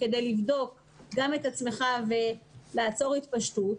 כדי לבדוק גם את עצמך ולעצור התפשטות,